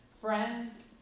Friends